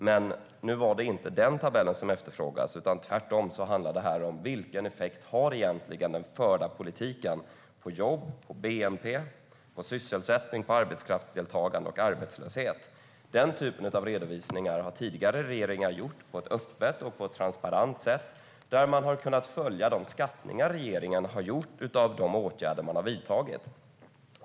Men nu var det inte den tabellen som efterfrågades, utan tvärtom handlar det om vilken effekt den förda politiken har på jobb och bnp, på sysselsättning, arbetskraftsdeltagande och arbetslöshet. Den typen av redovisningar har tidigare regeringar gjort på ett öppet och transparent sätt, där man har kunnat följa de skattningar som regeringen har gjort av de åtgärder som man har vidtagit.